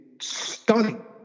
stunning